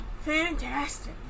Fantastic